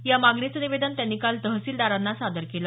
या मागणीचं निवेदन त्यांनी काल तहसीलदारांना सादर केलं